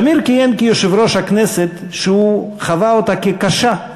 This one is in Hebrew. שמיר כיהן כיושב-ראש של כנסת שהוא חווה אותה כקשה.